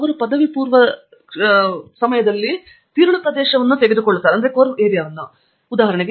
ಅವರು ಪದವಿಪೂರ್ವ ತಿರುಳು ಪ್ರದೇಶವನ್ನು ತೆಗೆದುಕೊಳ್ಳುತ್ತಿದ್ದರು